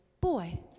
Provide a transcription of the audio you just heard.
boy